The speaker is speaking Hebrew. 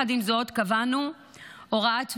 יחד עם זאת, קבענו הוראת מעבר,